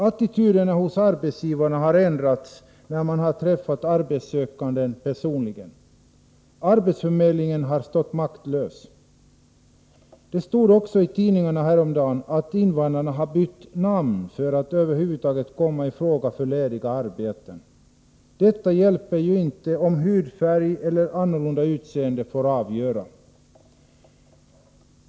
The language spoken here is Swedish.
Attityderna hos arbetsgivarna har ändrats när de har träffat de arbetssökande personligen. Arbetsförmedlingen har stått maktlös. Det stod i tidningarna häromdagen att invandrarna har bytt namn för att över huvud taget kunna komma i fråga för lediga arbeten. Detta hjälper ju inte, om hudfärg eller annorlunda utseende får avgöra.